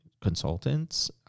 consultants